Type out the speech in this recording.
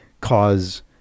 cause